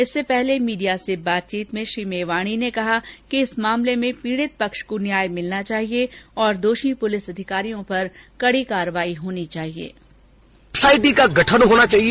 इससे पहले मीडिया से बातचीत में श्री मेवाणी ने कहा कि इस मामले में पीड़ित पक्ष को न्याय मिलना चाहिए तथा दोषी पुलिस अधिकारियों पर कड़ी कार्यवाही होनी चाहिए